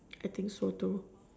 I think so too